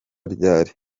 ryari